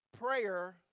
prayer